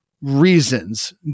reasons